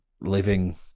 living